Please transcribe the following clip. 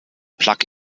plug